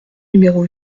numéro